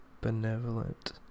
benevolent